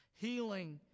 healing